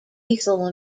lethal